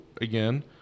again